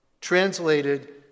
translated